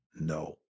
No